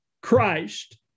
Christ